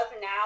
now